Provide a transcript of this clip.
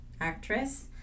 actress